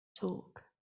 talk